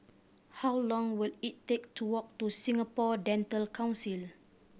how long will it take to walk to Singapore Dental Council